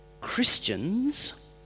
Christians